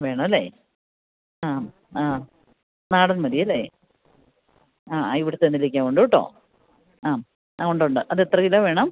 വേണം അല്ലേ ആ ആ നാടന് മതിയല്ലേ ആ ഇവിടുത്തെ നെല്ലിക്ക ഉണ്ട് കേട്ടോ ആം ആ ഉണ്ട് ഉണ്ട് അത് എത്ര കിലോ വേണം